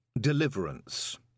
Deliverance